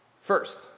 First